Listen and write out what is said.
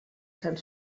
sant